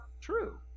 true